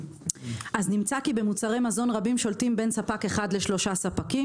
כי במוצרי מזון רבים שולטים בין ספק אחד לשלושה ספקים